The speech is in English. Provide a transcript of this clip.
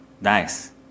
Nice